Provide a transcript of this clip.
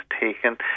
taken